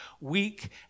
weak